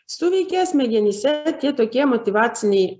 suveikė smegenyse tokie motyvaciniai